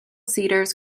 cedars